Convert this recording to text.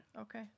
okay